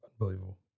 Unbelievable